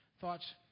thoughts